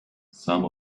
some